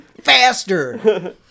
Faster